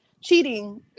cheating